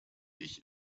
ich